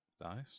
Nice